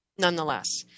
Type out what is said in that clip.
Nonetheless